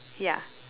ya